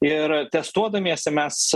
ir testuodamiesi mes